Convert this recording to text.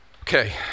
Okay